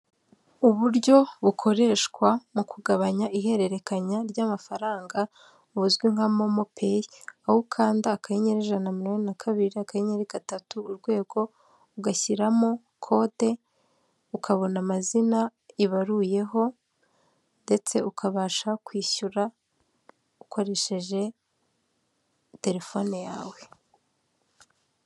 Uburyo bukoreshwa mu kugabanya ihererekanya ry'amafaranga buzwi nka momopeyi, aho ukanda akanyinyeri ijana na mirongo inani na kabiri, akanyenyeri gatatu, urwego, ugashyiramo kode ukabona amazina ibaruyeho ndetse ukabasha kwishyura ukoresheje telefone yawe.